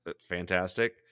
fantastic